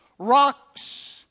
rocks